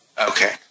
Okay